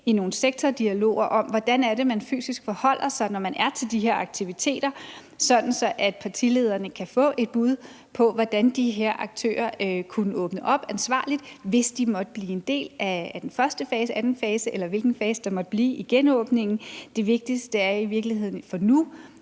i nogle sektordialoger om, hvordan det er, man fysisk forholder sig, når man er til de her aktiviteter, sådan at partilederne kan få et bud på, hvordan de her aktører kunne åbne ansvarligt op, hvis de måtte blive en del af den første fase, anden fase, eller hvilken fase der måtte blive i genåbningen. Det vigtigste er i virkeligheden for